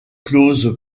clause